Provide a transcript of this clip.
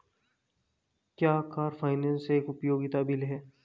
क्या car finance एक उपयोगिता बिल है?